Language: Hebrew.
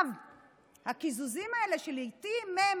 הקיזוזים האלה, שלעיתים הם